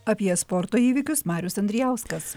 apie sporto įvykius marius andrijauskas